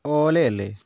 ഓല അല്ലെ